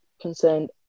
concerned